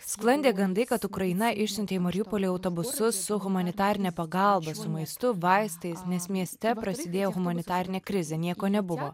sklandė gandai kad ukraina išsiuntė į mariupolį autobusus su humanitarine pagalba su maistu vaistais nes mieste prasidėjo humanitarinė krizė nieko nebuvo